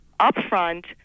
upfront